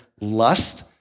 lust